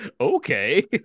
Okay